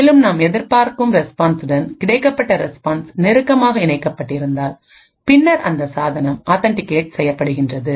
மேலும் நாம் எதிர்பார்க்கும் ரெஸ்பான்சுக்கு கிடைக்கப்பட்ட ரெஸ்பான்ஸ் நெருக்கமாக இணைக்கப்பட்டிருந்தால் பின்னர் அந்த சாதனம் ஆத்தன்டிகேட் செய்யப்படுகின்றது